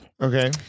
Okay